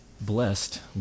blessed